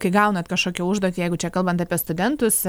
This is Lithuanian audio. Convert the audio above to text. kai gaunat kažkokią užduotį jeigu čia kalbant apie studentus